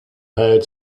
had